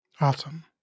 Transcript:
Awesome